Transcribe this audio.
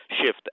shift